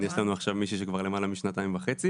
יש לנו עכשיו מישהי שהיא כבר למעלה משנתיים וחצי.